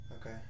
okay